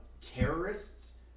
terrorists